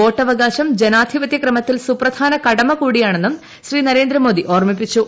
vote അവകാശം ജനാധിപത്യ ക്രമത്തിൽ സുപ്രധാന കടമകൂടിയാന്നെും ശ്രീ നരേന്ദ്രമോദി ഓർമ്മിപ്പിച്ചു